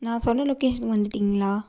நான் சொன்ன லொக்கேஷனுக்கு வந்துட்டீங்களா